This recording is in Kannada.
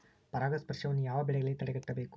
ಪರಾಗಸ್ಪರ್ಶವನ್ನು ಯಾವ ಬೆಳೆಗಳಲ್ಲಿ ತಡೆಗಟ್ಟಬೇಕು?